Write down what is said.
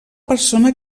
persona